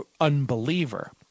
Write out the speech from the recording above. unbeliever